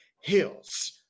hills